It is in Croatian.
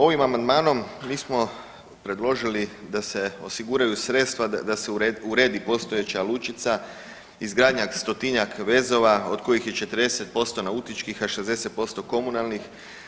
Ovim amandmanom mi smo predložili da se osiguraju sredstva da se uredi postojeća lučica, izgradnja stotinjak vezova od kojih je 40% nautičkih, a 60% komunalnih.